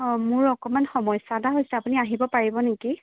অঁ মোৰ অকণমান সমস্যা এটা হৈছে আপুনি আহিব পাৰিব নেকি